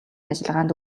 ажиллагаанд